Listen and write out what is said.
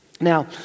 Now